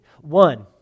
One